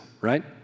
right